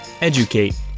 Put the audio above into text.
educate